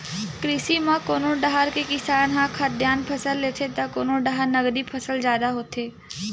कृषि म कोनो डाहर के किसान ह खाद्यान फसल लेथे त कोनो डाहर नगदी फसल जादा होथे